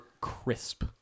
crisp